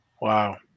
wow